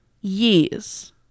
years